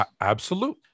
Absolute